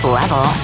level